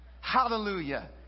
Hallelujah